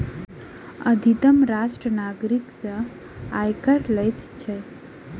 अधितम राष्ट्र नागरिक सॅ आय कर लैत अछि